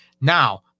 now